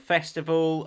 Festival